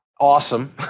awesome